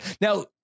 Now